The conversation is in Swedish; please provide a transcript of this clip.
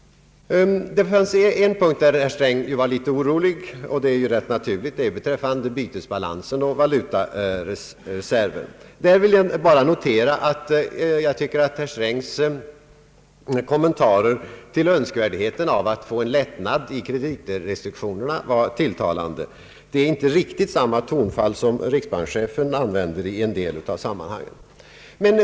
På en punkt var herr Sträng litet orolig, nämligen beträffande bytesba lansen och valutareserven. Där vill jag bara notera att jag tycker att herr Strängs kommentarer till önskvärdheten av att få en lättnad i kreditpolitiken var tilltalande. Det är inte riktigt samma tonfall som riksbankschefen använt i en del sammanhang.